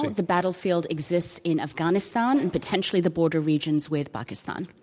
the battlefield exists in afghanistan and potentially the border regions with pakistan.